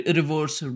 reverse